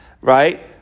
right